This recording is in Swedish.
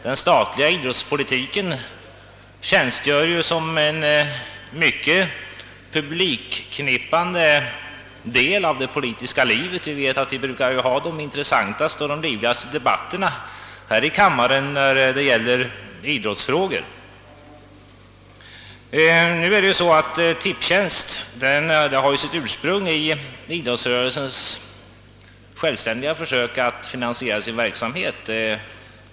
Den statliga idrottspolitiken tjänstgör som en mycket publikknipande del av det politiska livet. Vi brukar ha de intressantaste och livligaste debatterna här i kammaren när det gäller idrottsfrågor. Tipstjänst har egentligen sitt ursprung i idrottsrörelsens självständiga försök att finansiera sin verksamhet.